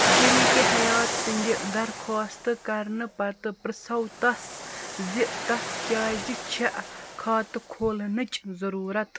شریٖک حیات سٕنٛدِ درخواست کرنہٕ پتہٕ پرٛژھو تَس زِ تَس کیٛازِ چھےٚ خاتہٕ کھولنٕچ ضٔروٗرت